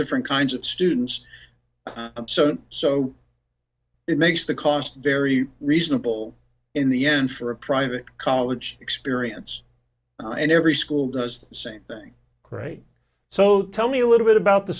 different kinds of students so so it makes the cost very reasonable in the end for a private college experience and every school does the same thing great so tell me a little bit about the